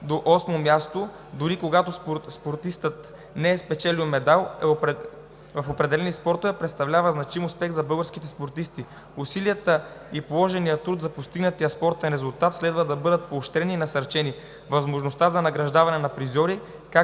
до осмо място, дори когато спортистът не е спечелил медал в определени спортове, представлява значим успех за българските спортисти. Усилията и положеният труд за постигнатия спортен резултат следва да бъдат поощрени и насърчени. Възможността за възнаграждаване на призьори, които не са медалисти, беше предвидена и